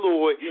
Lord